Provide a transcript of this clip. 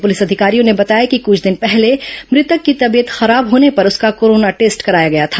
police अधिकारियों ने बताया कि कुछ दिन पहले मृतक की तबीयत खराब होने पर उसका कोरोना टेस्ट कराया गया था